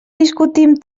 discutim